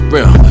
Real